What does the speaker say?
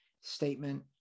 statement